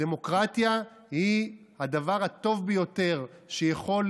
הדמוקרטיה היא הדבר הטוב ביותר שיכול